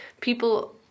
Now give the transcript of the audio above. people